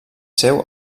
seu